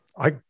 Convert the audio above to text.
I